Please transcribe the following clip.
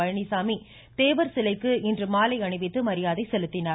பழனிசாமி தேவர் சிலைக்கு இன்று மாலை அணிவித்து மரியாதை செலுத்தினார்